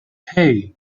hey